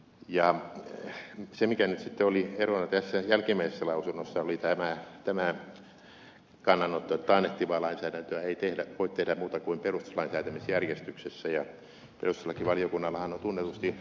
se mikä nyt sitten oli erona tässä jälkimmäisessä lausunnossa oli tämä kannanotto että taannehtivaa lainsäädäntöä ei voi tehdä muuten kuin perustuslain säätämisjärjestyksessä ja perustuslakivaliokunnallahan on tunnetusti perustuslain tulkintamonopoli tässä maassa